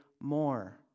more